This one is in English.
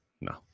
no